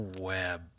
web